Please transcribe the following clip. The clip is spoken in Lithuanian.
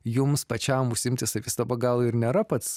jums pačiam užsiimti savistaba gal ir nėra pats